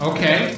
Okay